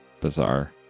bizarre